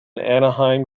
anaheim